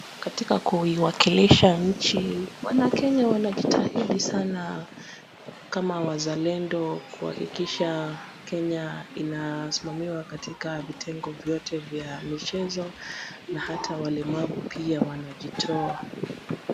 Katika kuiwakilisha nchi, wanakenya wanajitahidi sana, kama wazalendo kuhakikisha Kenya inasimamiwa katika vitengo vyote vya michezo na hata walemavu pia wanajitoa.